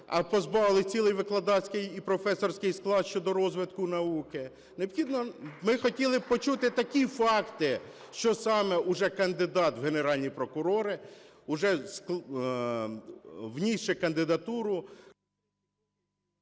а позбавили цілий викладацький і професорський склад щодо розвитку науки. Ми б хотіли почути такі факти, що саме уже кандидат в Генеральні прокурори, вже внісши кандидатуру…